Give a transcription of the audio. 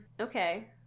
Okay